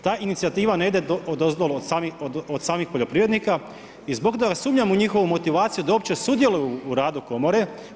Ta inicijativa ne ide odozdo od samih poljoprivrednika i zbog toga sumnjam u njihovu motivaciju da uopće sudjeluju u radu komore.